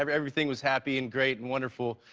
um everything was happy and great and wonderful.